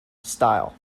style